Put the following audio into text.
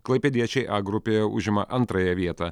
klaipėdiečiai a grupėje užima antrąją vietą